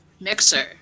mixer